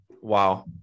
Wow